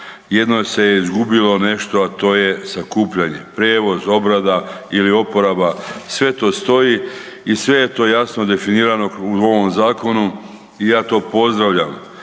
jednoć se je izgubilo nešto a to sakupljanje, prijevoz, obrada ili oporaba, sve to stoji i sve je to jasno definirano u ovom zakonu i ja to pozdravlja.